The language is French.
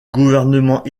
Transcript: gouvernement